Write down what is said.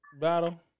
battle